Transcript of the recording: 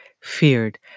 feared